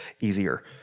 easier